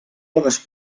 bones